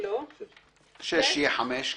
שיהיה (5)